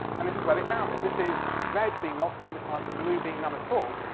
and this is where they found it. this is red beam, lots of hematite, blue beam, none at all,